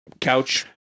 Couch